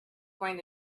going